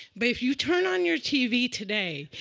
but if you turn on your tv today,